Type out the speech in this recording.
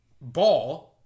ball